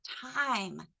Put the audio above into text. time